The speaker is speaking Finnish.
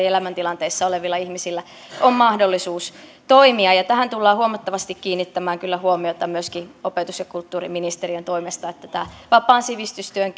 elämäntilanteissa olevilla ihmisillä on mahdollisuus toimia ja tähän tullaan huomattavasti kiinnittämään kyllä huomiota myöskin opetus ja kulttuuriministeriön toimesta että tämä vapaan sivistystyön